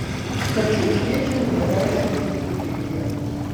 kad čiauškėčiau ir neleisčiau užmigti kelyje